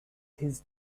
his